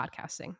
podcasting